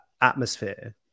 atmosphere